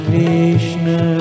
Krishna